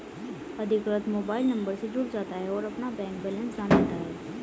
अधिकृत mobile number से जुड़ जाता है और अपना बैंक बेलेंस जान लेता है